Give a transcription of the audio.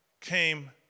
came